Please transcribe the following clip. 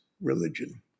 religion